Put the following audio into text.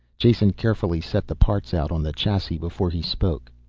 jason carefully set the parts out on the chassis before he spoke.